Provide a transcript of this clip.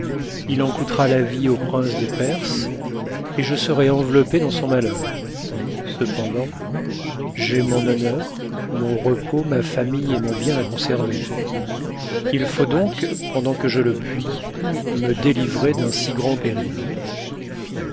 il en coûtera la vie au prince de perse et je serai enveloppé dans son malheur cependant j'ai mon honneur mon repos ma famille et mon bien à conserver il faut donc pendant que je le puis me délivrer d'un si grand péril